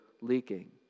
leaking